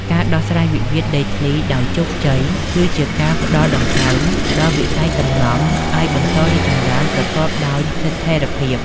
ការដោះស្រាយវិវាទដីធ្លីដោយជោគជ័យ គឺជាការផ្ដល់ "ដង្ហើម" ដល់វិស័យសំណង់ឱ្យបន្តរីកចម្រើនប្រកបដោយស្ថិរភាព។